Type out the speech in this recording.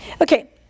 Okay